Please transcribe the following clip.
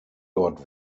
dort